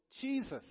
Jesus